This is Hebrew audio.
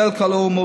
בשל כל האמור,